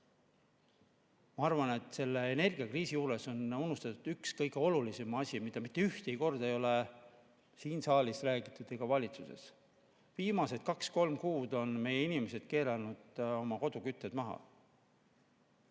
Ma arvan, et selle energiakriisi juures on unustatud üks kõige olulisem asi, mida mitte ühtegi korda ei ole siin saalis ega valitsuses mainitud. Viimased kaks kuni kolm kuud on meie inimesed keeranud kodus kütte maha.